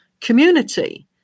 community